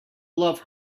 love